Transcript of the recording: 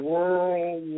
World